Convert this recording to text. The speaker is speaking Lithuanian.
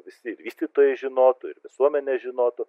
visi vystytojai žinotų ir visuomenė žinotų